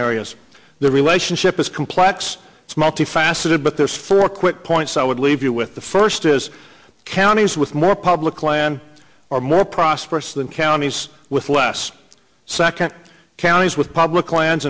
areas the relationship is complex it's multifaceted but there's four quick points i would leave you with the first is counties with more public land or more prosperous than counties with less second counties with public lands